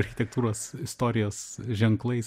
architektūros istorijos ženklais